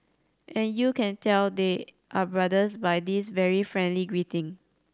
and you can tell they are brothers by this very friendly greeting